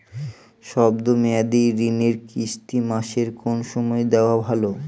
শব্দ মেয়াদি ঋণের কিস্তি মাসের কোন সময় দেওয়া ভালো?